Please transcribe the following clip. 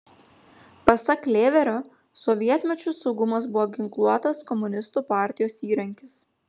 pasak lėverio sovietmečiu saugumas buvo ginkluotas komunistų partijos įrankis